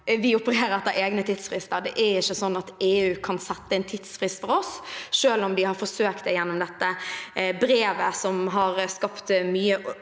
vi opererer etter egne tidsfrister. Det er ikke sånn at EU kan sette en tidsfrist for oss, selv om de har forsøkt det gjennom dette brevet, som har vakt mye